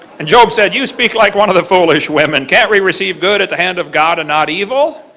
and job says, you speak like one of the foolish women. can't we receive good at the hand of god and not evil?